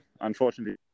Unfortunately